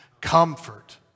Comfort